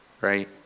Right